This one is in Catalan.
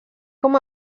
com